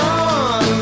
on